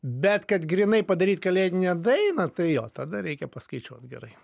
bet kad grynai padaryt kalėdinę dainą tai jo tada reikia paskaičiuot gerai